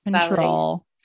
control